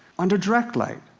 under direct light,